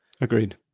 Agreed